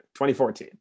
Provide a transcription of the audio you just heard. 2014